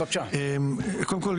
קודם כל,